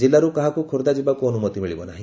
ଜିଲ୍ଲାର କାହାକୁ ଖୋର୍ବ୍ଧା ଯିବାକୁ ଅନୁମତି ମିଳିବ ନାହି